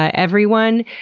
ah everyone,